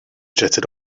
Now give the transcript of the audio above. jetted